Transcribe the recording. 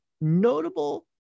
notable